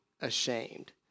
ashamed